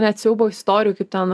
net siaubo istorijų kaip ten